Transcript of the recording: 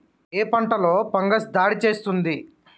ఏ పంటలో ఫంగస్ దాడి చేస్తుంది?